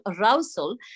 arousal